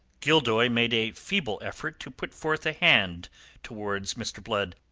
gildoy made a feeble effort to put forth a hand towards mr. blood.